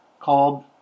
called